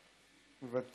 מוותר.